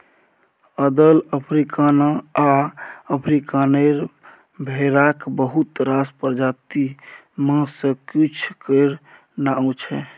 अदल, अफ्रीकाना आ अफ्रीकानेर भेराक बहुत रास प्रजाति मे सँ किछ केर नाओ छै